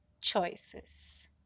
choices